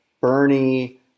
Bernie